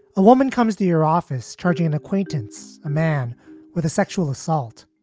a woman comes to your office charging an acquaintance, a man with a sexual assault.